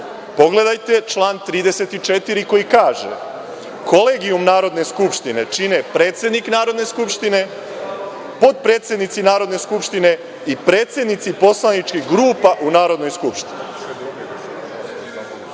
Pogledajte član 34, koji kaže – kolegijum Narodne skupštine čine predsednik Narodne skupštine, potpredsednici Narodne skupštine i predsednici poslaničkih grupa u Narodnoj skupštini. Dakle,